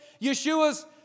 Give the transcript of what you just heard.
Yeshua's